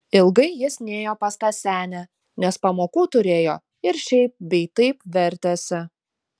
ilgai jis nėjo pas tą senę nes pamokų turėjo ir šiaip bei taip vertėsi